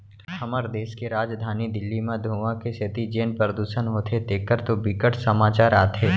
हमर देस के राजधानी दिल्ली म धुंआ के सेती जेन परदूसन होथे तेखर तो बिकट समाचार आथे